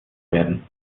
werden